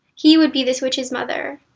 he would be this witch's mother,